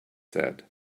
said